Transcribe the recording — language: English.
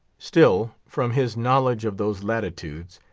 still, from his knowledge of those latitudes,